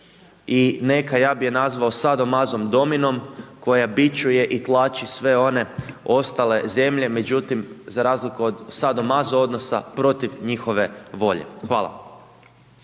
i neka, ja bi ju nazvao sado mazo dominom, koja bičuje i tlači sve one ostale zemlje, međutim, za razliku od sado mazo odnosa, protiv njihove volje. Hvala.